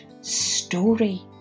story